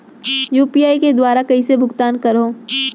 UPI के दुवारा कइसे भुगतान करहों?